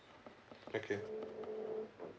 okay